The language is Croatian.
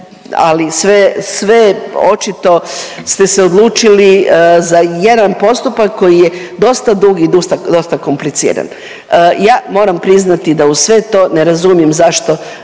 ali sve, sve očito ste se odlučili za jedan postupak koji je dosta dugi i dosta kompliciran. Ja moram priznati da uz sve to ne razumijem zašto,